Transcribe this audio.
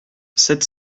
sept